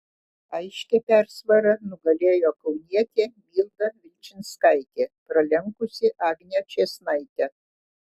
aiškia persvara nugalėjo kaunietė milda vilčinskaitė pralenkusi agnę čėsnaitę